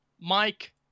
mike